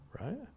Right